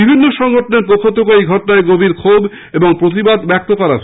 বিভিন্ন সংগঠনের পক্ষ থেকেও এই ঘটনায় গভীর ক্ষোভ ও প্রতিবাদ জানানো হয়েছে